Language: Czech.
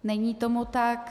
Není tomu tak.